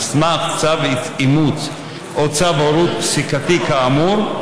סמך צו אימוץ או צו הורות פסיקתי כאמור,